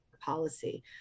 policy